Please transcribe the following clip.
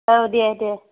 औ दे दे